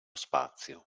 spazio